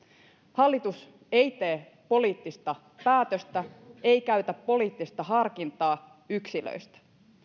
hallitus ei tee poliittista päätöstä ei käytä poliittista harkintaa yksilöistä